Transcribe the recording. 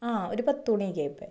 ഒരു പത്തുമണിയൊക്കെ ആയപ്പം